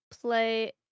play